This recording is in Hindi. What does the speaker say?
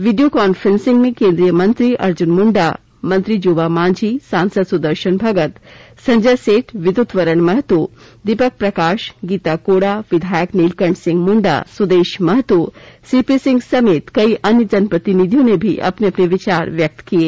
वीडियो कांफ्रेंसिंग में केंद्रीय मंत्री अर्जुन मुंडा मंत्री जोबा मांझी सांसद सुदर्शन भगत संजय सेठ विद्युत वरण महतो दीपक प्रकाश गीता कोड़ा विधायक नीलकंठ सिंह मुंडा सुदेश महतो सीपी सिंह समेत कई अन्य जनप्रतिनिधियों ने भी अपने अपने विचार व्यक्त किये